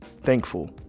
thankful